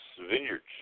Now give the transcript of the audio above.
vineyards